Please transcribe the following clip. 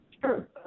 Sure